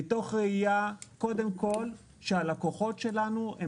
מתוך ראייה קודם כול שהלקוחות שלנו הם